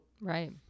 right